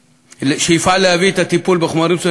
שיפעל להביא את הטיפול בחומרים מסוכנים